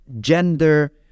gender